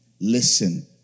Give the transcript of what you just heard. Listen